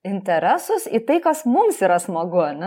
interesus į tai kas mums yra smagu ane